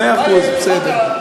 מאה אחוז, בסדר.